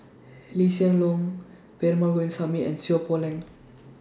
Lee Hsien Loong Perumal Govindaswamy and Seow Poh Leng